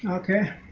ok